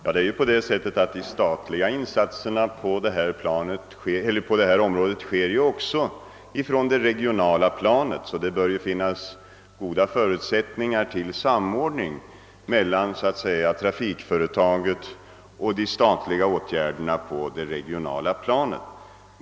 Herr talman! De statliga insatserna på detta område sätts ju också in på det regionala planet. Därför bör det finnas goda förutsättningar för samordning mellan trafikföretagets verksamhet och de statliga åtgärderna på det regionala planet.